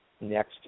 next